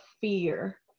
fear